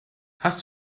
hast